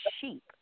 sheep